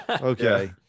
okay